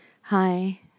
Hi